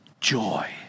joy